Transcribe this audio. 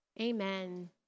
amen